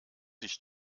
sich